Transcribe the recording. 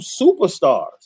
superstars